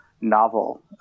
novel